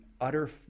utter